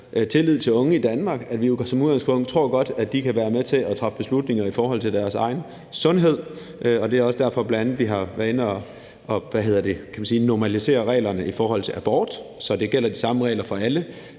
tillid til unge i Danmark, at vi jo som udgangspunkt godt tror, at de kan være med til at træffe beslutninger i forhold til deres egen sundhed. Det er også derfor, vi bl.a. har været inde at normalisere reglerne i forhold til abort, så der gælder de samme regler i forhold